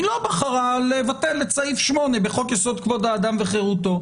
היא לא בחרה לבטל את סעיף 8 בחוק יסוד כבוד האדם וחירותו.